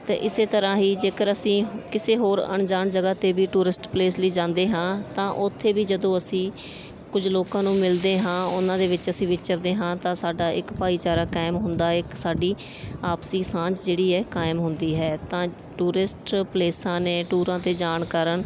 ਅਤੇ ਇਸ ਤਰ੍ਹਾਂ ਹੀ ਜੇਕਰ ਅਸੀਂ ਕਿਸੇ ਹੋਰ ਅਣਜਾਣ ਜਗ੍ਹਾਂ 'ਤੇ ਵੀ ਟੂਰਿਸਟ ਪਲੇਸ ਲਈ ਜਾਂਦੇ ਹਾਂ ਤਾਂ ਉੱਥੇ ਵੀ ਜਦੋਂ ਅਸੀਂ ਕੁਝ ਲੋਕਾਂ ਨੂੰ ਮਿਲਦੇ ਹਾਂ ਉਹਨਾਂ ਦੇ ਵਿੱਚ ਅਸੀਂ ਵਿਚਰਦੇ ਹਾਂ ਤਾਂ ਸਾਡਾ ਇੱਕ ਭਾਈਚਾਰਾ ਕਾਇਮ ਹੁੰਦਾ ਇੱਕ ਸਾਡੀ ਆਪਸੀ ਸਾਂਝ ਜਿਹੜੀ ਹੈ ਕਾਇਮ ਹੁੰਦੀ ਹੈ ਤਾਂ ਟੂਰਿਸਟ ਪਲੇਸਾਂ ਨੇ ਟੂਰਾਂ 'ਤੇ ਜਾਣ ਕਾਰਣ